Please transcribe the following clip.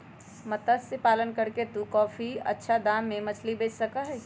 मत्स्य पालन करके तू काफी अच्छा दाम में मछली बेच सका ही